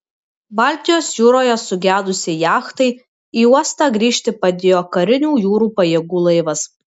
baltijos jūroje sugedusiai jachtai į uostą grįžti padėjo karinių jūrų pajėgų laivas